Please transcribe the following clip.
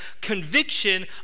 conviction